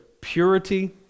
purity